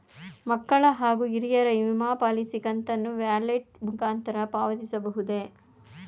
ಮಕ್ಕಳ ಹಾಗೂ ಹಿರಿಯರ ವಿಮಾ ಪಾಲಿಸಿ ಕಂತನ್ನು ವ್ಯಾಲೆಟ್ ಮುಖಾಂತರ ಪಾವತಿಸಬಹುದೇ?